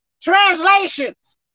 translations